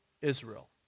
Israel